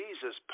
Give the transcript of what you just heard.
Jesus